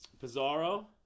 Pizarro